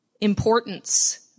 importance